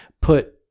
put